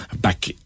back